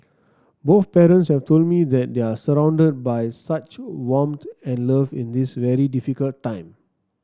both parents have told me that they are surrounded by such warmth and love in this very difficult time